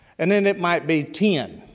and then it might be ten,